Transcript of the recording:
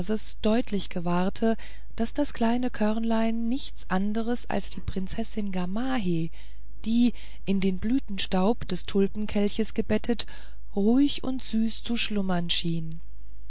deutlich gewahrte daß das kleine körnlein nichts anders als die prinzessin gamaheh die in den blumenstaub des tulpenkelchs gebettet ruhig und süß zu schlummern schien